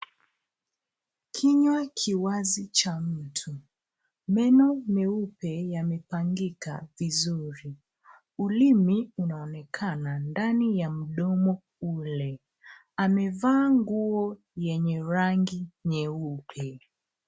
Kinywa kiwazi cha mtu. Meno meupe yamepangika vizuri. Ulimu unaonekana ndani ya mdomo ule. Amevaa nguo yenye rangi nyeupe.